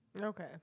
Okay